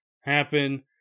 happen